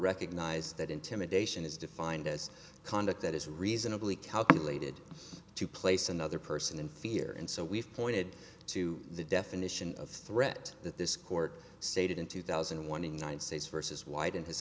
recognized that intimidation is defined as conduct that is reasonably calculated to place another person in fear and so we've pointed to the definition of threat that this court stated in two thousand and one in united states versus white and h